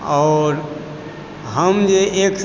आओर हम जे एक